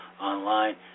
online